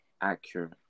Accurate